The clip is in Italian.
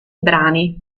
brani